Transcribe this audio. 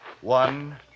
One